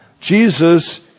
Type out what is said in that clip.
Jesus